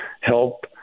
help